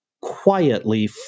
quietly